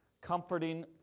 comforting